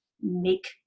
make